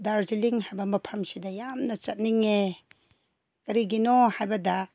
ꯗꯔꯖꯤꯂꯤꯡ ꯍꯥꯏꯕ ꯃꯐꯝꯁꯤꯗ ꯌꯥꯝꯅ ꯆꯠꯅꯤꯡꯉꯦ ꯀꯔꯤꯒꯤꯅꯣ ꯍꯥꯏꯕꯗ